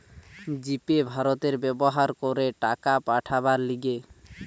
জি Pay ভারতে ব্যবহার করে টাকা পাঠাবার লিগে